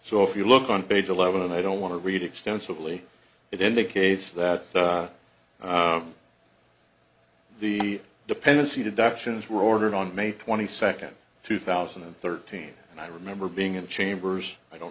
so if you look on page eleven and i don't want to read extensively it indicates that the dependency deductions were ordered on may twenty second two thousand and thirteen and i remember being in chambers i don't